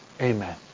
Amen